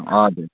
हजुर